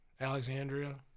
Alexandria